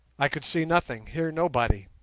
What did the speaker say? i could see nothing, hear nobody.